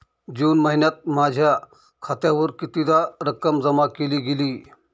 जून महिन्यात माझ्या खात्यावर कितीदा रक्कम जमा केली गेली?